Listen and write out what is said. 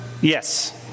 Yes